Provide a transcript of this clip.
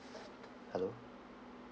hello